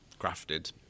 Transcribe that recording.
crafted